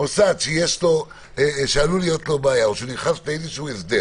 מוסד שעלולה להיות לו בעיה, או שנכנס להסדר,